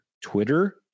twitter